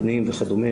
פנים וכדומה,